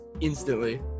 instantly